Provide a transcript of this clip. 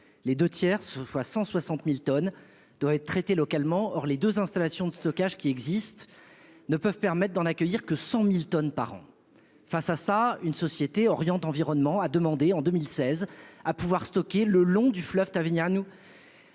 les 2 tiers, soit 160.000 tonnes doit être traité localement. Or les 2 installations de stockage qui existent ne peuvent permettent d'en accueillir que 100.000 tonnes par an. Face à ça une société oriente Environnement a demandé en 2016 à pouvoir stocker le long du fleuve ta vie nous.